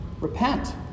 Repent